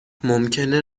ممکنه